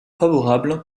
favorable